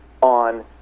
on